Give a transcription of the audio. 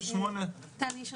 הוועדה,